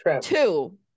Two